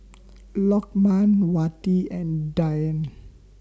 Lokman Wati and Dian